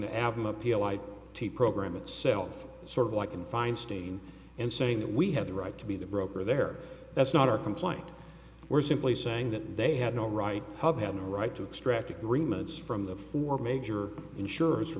the album appeal i t program itself sort of like an feinstein and saying that we have the right to be the broker there that's not our complaint we're simply saying that they have no right to have the right to extract agreements from the four major insurers